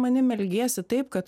manim elgiesi taip kad